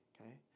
okay